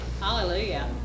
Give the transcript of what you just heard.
Hallelujah